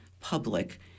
public